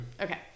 okay